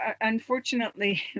unfortunately